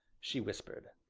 she whispered.